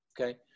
okay